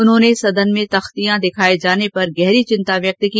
उन्होंने सदन में तख्तियां दिखाये जाने पर गहरी चिन्ता व्यक्त की